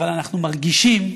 אבל אנחנו מרגישים,